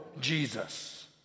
Jesus